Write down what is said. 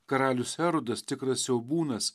karalius erodas tikras siaubūnas